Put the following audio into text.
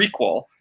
prequel